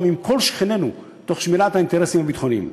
עם כל שכנינו תוך שמירת האינטרסים הביטחוניים."